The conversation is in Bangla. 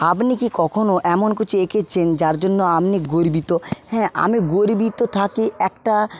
আপনি কি কখনো এমন কিছু এঁকেছেন যার জন্য আমনি গর্বিত হ্যাঁ আমি গর্বিত থাকি একটা